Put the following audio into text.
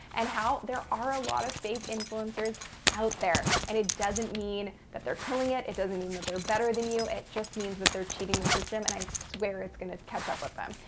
and how there are a lot of fake influencers out there, and it doesn't mean that they're killing it. it doesn't mean that they're better than you. it just means that they're cheating the system, and i swear it's going to catch up with them.